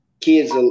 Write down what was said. kids